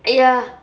ya